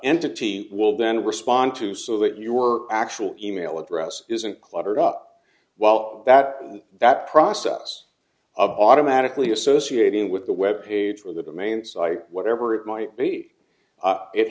entity will then respond to so that you were actual e mail address isn't cluttered up well that that process of automatically associating with the web page or the main site whatever it might be it